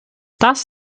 das